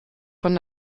von